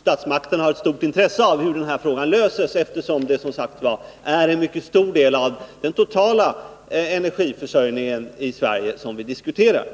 Statsmakterna har ett stort intresse av att frågan löses, eftersom det som sagt är en mycket stor del av den totala energiförsörjningen i Sverige som här diskuteras.